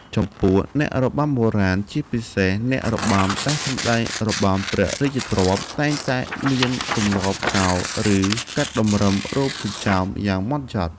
ចំពោះអ្នករបាំបុរាណ ជាពិសេសអ្នករបាំដែលសម្ដែងរបាំព្រះរាជទ្រព្យ តែងតែមានទម្លាប់កោរ ឬកាត់តម្រឹមរោមចិញ្ចើមយ៉ាងហ្មត់ចត់។